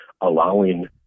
allowing